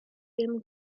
bum